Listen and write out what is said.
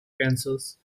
kansas